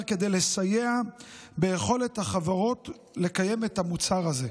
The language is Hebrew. כדי לסייע ביכולת של החברות לקיים את המוצר הזה.